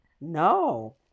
No